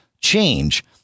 change